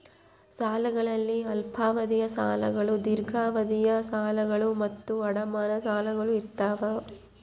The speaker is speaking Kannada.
ಸಾಲಗಳಲ್ಲಿ ಅಲ್ಪಾವಧಿಯ ಸಾಲಗಳು ದೀರ್ಘಾವಧಿಯ ಸಾಲಗಳು ಮತ್ತು ಅಡಮಾನ ಸಾಲಗಳು ಇರ್ತಾವ